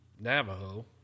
Navajo